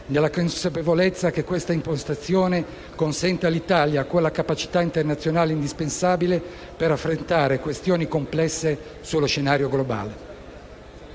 nella consapevolezza che questa impostazione consente all'Italia quella capacità internazionale indispensabile per affrontare questioni complesse nello scenario globale.